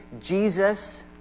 Jesus